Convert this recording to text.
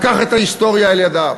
לקח את ההיסטוריה לידיו.